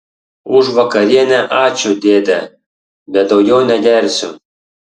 už vakarienę ačiū dėde bet daugiau negersiu